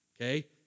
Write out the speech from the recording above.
Okay